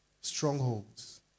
Strongholds